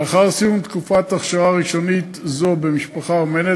לאחר סיום תקופת הכשרה ראשונית זו במשפחה אומנת,